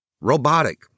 robotic